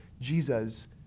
Jesus